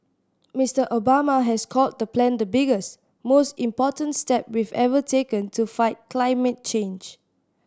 Mister Obama has called the plan the biggest most important step we've ever taken to fight climate change